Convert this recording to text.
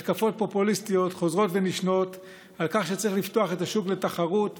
התקפות פופוליסטיות חוזרות ונשנות על כך שצריך לפתוח את השוק לתחרות,